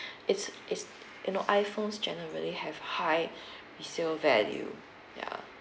it's it's you know iphones generally have high resale value ya